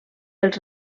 els